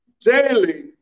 Daily